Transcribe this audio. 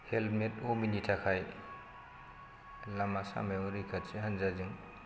helmet हमैनि थाखाय लामा सामायाव रैखाथि हान्जाजों